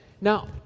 Now